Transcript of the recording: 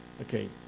Okay